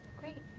great,